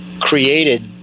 created